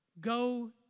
go